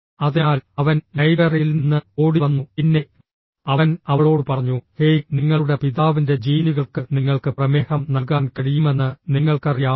അതിനാൽ അവൻ ലൈബ്രറിയിൽ നിന്ന് ഓടി വന്നു പിന്നെ അവൻ അവളോട് പറഞ്ഞു ഹേയ് നിങ്ങളുടെ പിതാവിന്റെ ജീനുകൾക്ക് നിങ്ങൾക്ക് പ്രമേഹം നൽകാൻ കഴിയുമെന്ന് നിങ്ങൾക്കറിയാമോ